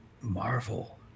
Marvel